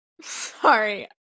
sorry